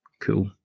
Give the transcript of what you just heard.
cool